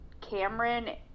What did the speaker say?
Cameron